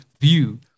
view